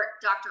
Dr